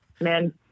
man